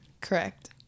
Correct